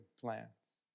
plants